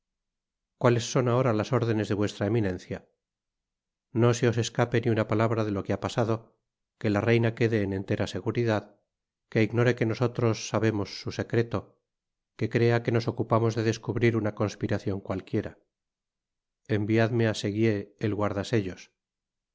cuales son ahora las órdenes de vuestra eminencia no se os escape ni una palabra de lo que ha pasado que la reina quede en entera seguridad que ignore que nosotros sabemos su secreto que crea que nos ocupamos de descubrir una conspiracion cualquiera enviadme á seguier el